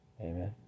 Amen